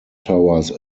towers